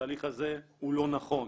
התהליך הזה הוא לא נכון,